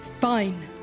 Fine